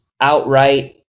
outright